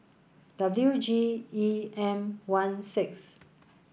W G E M one six